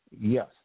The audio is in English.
Yes